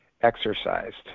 exercised